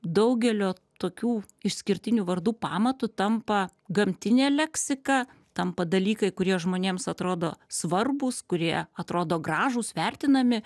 daugelio tokių išskirtinių vardų pamatu tampa gamtinė leksika tampa dalykai kurie žmonėms atrodo svarbūs kurie atrodo gražūs vertinami